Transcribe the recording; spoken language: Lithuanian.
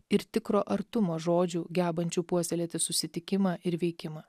ir tikro artumo žodžių gebančių puoselėti susitikimą ir veikimą